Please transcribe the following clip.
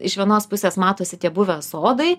iš vienos pusės matosi tie buvę sodai